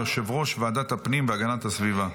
יושב-ראש ועדת הפנים והגנת הסביבה.